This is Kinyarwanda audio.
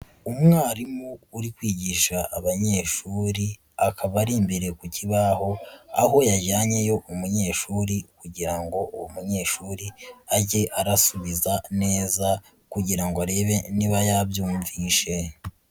Umwarimu uri kwigisha abanyeshuri akaba ari imbere ku kibaho, aho yajyanyeyo umunyeshuri kugira ngo uwo munyeshuri age arasubiza neza kugira ngo arebe niba yabyumvishe.